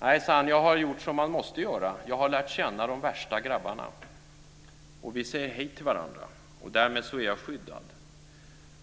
Nej, sade han. Jag har gjort det som man måste göra. Jag har lärt känna de värsta grabbarna. Vi säger hej till varandra, och därmed är jag skyddad.